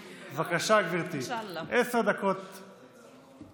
בבקשה, גברתי, עשר דקות לרשותך.